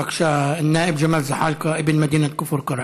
בבקשה, א-נאאב ג'מאל זחאלקה, איבן מדינת כפר קרע.